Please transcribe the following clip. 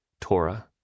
Torah